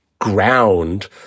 ground